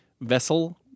vessel